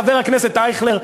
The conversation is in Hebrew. חבר הכנסת אייכלר,